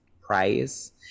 prize